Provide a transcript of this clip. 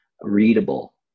readable